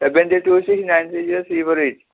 seven zero two six nine three zero three four eight